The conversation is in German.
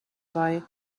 bei